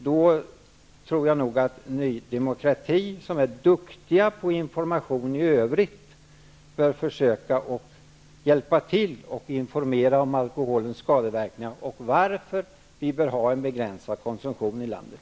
Ni i Ny demokrati, som är duktiga på information i övrigt, bör försöka hjälpa till att informera om alkoholens skadeverkningar och om varför vi bör ha en begränsad konsumtion i landet.